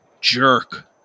jerk